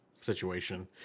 situation